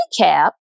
recap